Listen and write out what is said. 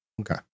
Okay